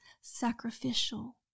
sacrificial